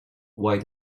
why